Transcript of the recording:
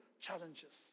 challenges